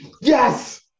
Yes